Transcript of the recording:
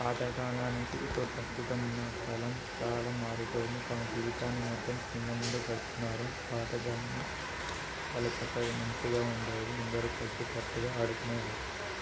పాతకాలానికి ఇప్పుడు ప్రస్తుతం ఉన్న కాలం చాలా మారిపోయింది తమ జీవితాన్ని మొత్తం స్క్రీన్ల ముందే గడుపుతున్నారు పాతకాలమే చాలా చక్కగా మంచిగా ఉండేది అందరు కలిసికట్టుగా ఆడుకునేవారు